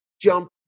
jump